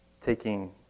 taking